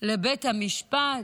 לבית המשפט